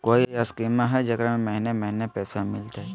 कोइ स्कीमा हय, जेकरा में महीने महीने पैसा मिलते?